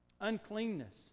uncleanness